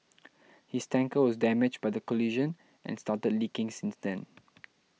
his tanker was damaged by the collision and started leaking since then